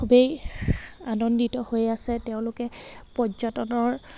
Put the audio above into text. খুবেই আনন্দিত হৈ আছে তেওঁলোকে পৰ্যটনৰ